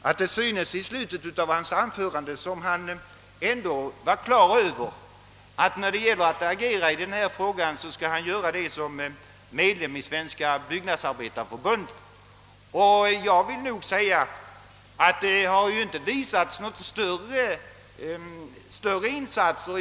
Slutet av hans anförande tydde nämligen på att han ändå har klart för sig att han, om han skall agera i den saken, skall göra det som medlem av Svenska byggnadsarbetareförbundet. Där har han emellertid inte gjort några större insatser.